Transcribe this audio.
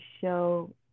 show